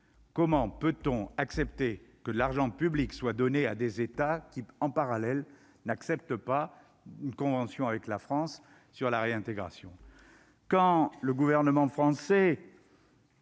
Comment accepter que de l'argent public soit donné à des États qui, en parallèle, n'acceptent pas une convention avec la France sur la réintégration ?